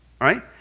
right